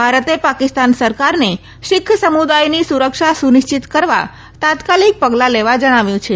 ભારતે પાકિસ્તાન સરકારને શિખ સમુદાયની સુરક્ષા સુનિશ્ચિત કરવા તાત્કાલિક પગલા લેવા જણાવ્યું છે